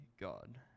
God